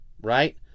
right